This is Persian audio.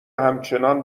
همچنان